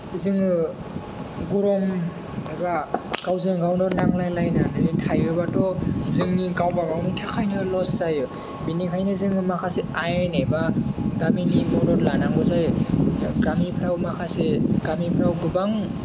जोङो गरम एबा गावजों गावनो नांलायलायनानै थायोबाथ' जोंनि गावबा गावनि थाखायनो लस जायो बिनिखायनो जोङो माखासे आयेन एबा गामिनि मदद लानांगौ जायो गामिफोराव माखासे गामिफोराव गोबां